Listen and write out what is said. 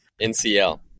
ncl